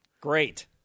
great